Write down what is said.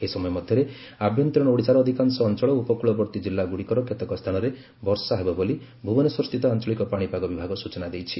ଏହି ସମୟ ମଧ୍ଧରେ ଆଭ୍ୟନ୍ତରୀଣ ଓଡ଼ିଶାର ଅଧିକାଂଶ ଅଞ୍ଞଳ ଓ ଉପକୂଳବର୍ତ୍ତୀ ଜିଲ୍ଲାଗୁଡ଼ିକର କେତେକ ସ୍ବାନରେ ବର୍ଷା ହେବ ବୋଲି ଭୁବନେଶ୍ୱରସ୍ଥିତ ଆଞ୍ଞଳିକ ପାଶିପାଗ ବିଭାଗ ସୂଚନା ଦେଇଛି